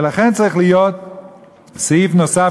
ולכן צריך להיות סעיף נוסף,